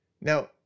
now